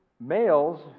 Males